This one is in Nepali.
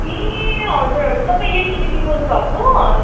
ए हजुर हजुर तपाईँ याङ्की दिदी बोल्नुभएको